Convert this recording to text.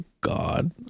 god